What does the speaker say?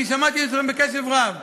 אני שמעתי אתכם בקשב רב.